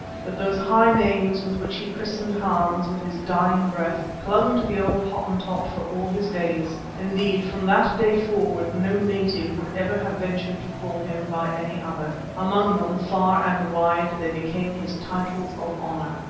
but those high names with which he christened hans with his dying breath, clung to the old hottentot for all his days. indeed from that day forward no native would ever have ventured to call him by any other. among them, far and wide, they became his titles of honour.